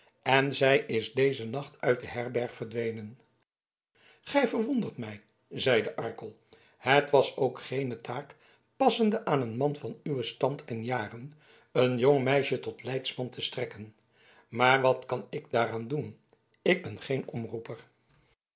en zij is dezen nacht uit de herberg verdwenen gij verwondert mij zeide arkel het was ook geene taak passende aan een man van uwen stand en jaren een jong meisje tot leidsman te strekken maar wat kan ik daaraan doen ik ben geen omroeper